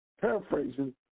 paraphrasing